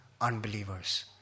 unbelievers